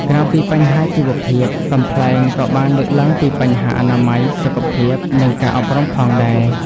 ក្រៅពីបញ្ហាជីវភាព កំប្លែងក៏បានលើកឡើងពីបញ្ហាអនាម័យ សុខភាព និងការអប់រំផងដែរ។